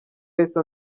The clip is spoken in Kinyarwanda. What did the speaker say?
yahise